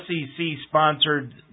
SEC-sponsored